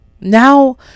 now